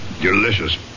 Delicious